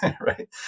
right